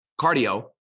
Cardio